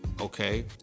okay